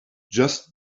just